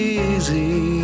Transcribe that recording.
easy